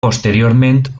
posteriorment